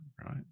right